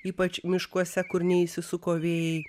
ypač miškuose kur neįsisuko vėjai